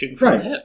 Right